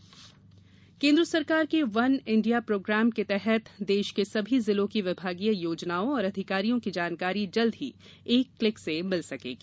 one India केन्द्र सरकार के वन इंडिया प्रोग्राम के तहत देश के सभी जिलों की विभागीय योजनाओं और अधिकारियों की जानकारी जल्द ही एक क्लिक से मिल सकेगी